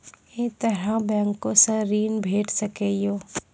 ऐ तरहक बैंकोसऽ ॠण भेट सकै ये?